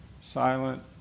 silent